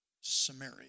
Samaria